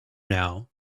now